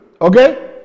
Okay